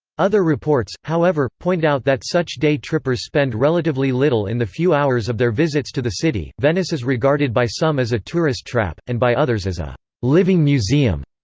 other reports, however, point out that such day trippers spend relatively little in the few hours of their visits to the city venice is regarded by some as a tourist trap, and by others as a living museum.